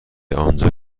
آنجا